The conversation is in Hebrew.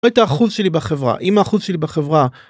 מאבד את האחוז שלי בחברה, אם האחוז שלי בחברה